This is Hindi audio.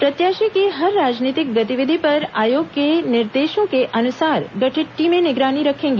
प्रत्याशी की हर राजनीतिक गतिविधि पर आयोग के निर्देशों के अनुसार गठित टीमें निगरानी रखेंगी